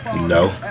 No